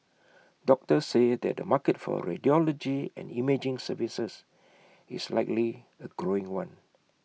doctors say that the market for radiology and imaging services is likely A growing one